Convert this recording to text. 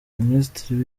minisitiri